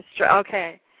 Okay